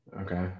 Okay